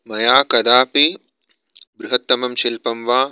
मया कदापि बृहत्तमं शिल्पं वा